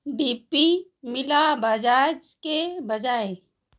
D P मिला बजाज के बजाय